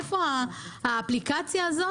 איפה האפליקציה הזאת,